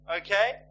Okay